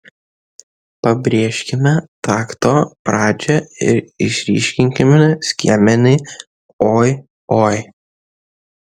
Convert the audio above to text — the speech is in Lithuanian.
pabrėžkime takto pradžią ir išryškinkime skiemenį oi oi